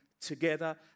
together